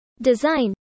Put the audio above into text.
Design